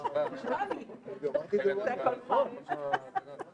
חתמתי לא מזמן על הלוואה של 10 מיליון שקל,